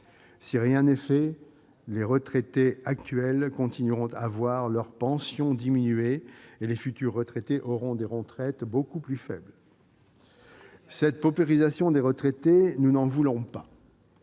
Si rien n'est fait, les retraités actuels continueront à voir leur pension diminuer et les futurs retraités auront des retraites beaucoup plus faibles. Exact ! Cette paupérisation des retraités, nous n'en voulons pas